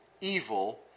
evil